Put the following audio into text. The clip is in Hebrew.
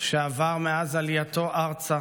שעבר מאז עלייתו ארצה